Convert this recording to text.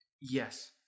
Yes